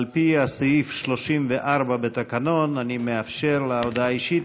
על-פי סעיף 34 בתקנון אני מאפשר לה הודעה אישית,